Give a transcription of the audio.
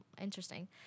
interesting